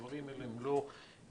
הדברים האלה לא